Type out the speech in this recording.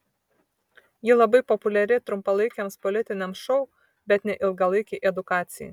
ji labai populiari trumpalaikiams politiniams šou bet ne ilgalaikei edukacijai